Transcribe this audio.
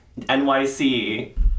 NYC